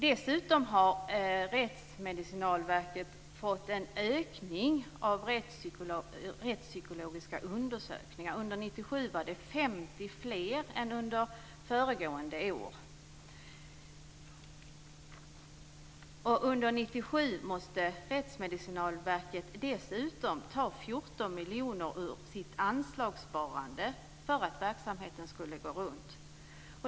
Dessutom har Rättsmedicinalverket fått en ökning av antalet rättspsykologiska undersökningar. Under 1997 var det 50 undersökningar fler än under föregående år. Under 1997 fick Rättsmedicinalverket dessutom ta 14 miljoner ur sitt anslagssparande för att verksamheten skulle gå runt.